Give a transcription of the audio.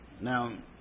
now